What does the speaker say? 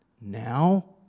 now